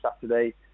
Saturday